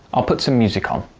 i'll put some music on.